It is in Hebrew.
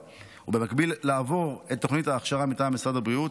ובמקביל לעבור את תוכנית ההכשרה מטעם משרד הבריאות,